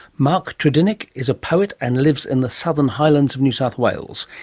mark treddinick is a poet and lives in the southern highlands of new south wales.